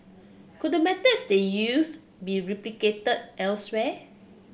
could the methods they used be replicated elsewhere